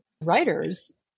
writers